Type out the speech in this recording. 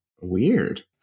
weird